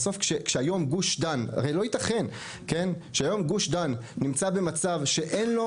לא ייתכן שגוש דן נמצא היום במצב שאין לו